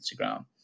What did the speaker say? Instagram